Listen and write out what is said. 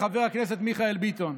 חבר הכנסת מיכאל ביטון: